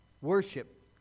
Worship